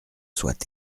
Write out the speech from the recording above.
soient